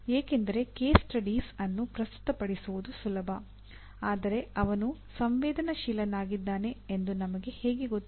ಏಕೆಂದರೆ case study ಅನ್ನು ಪ್ರಸ್ತುತಪಡಿಸುವುದು ಸುಲಭ ಆದರೆ ಅವನು ಸಂವೇದನಾಶೀಲನಾಗಿದ್ದಾನೆ ಎಂದು ನಿಮಗೆ ಹೇಗೆ ಗೊತ್ತು